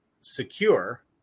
secure